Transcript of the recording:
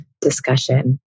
discussion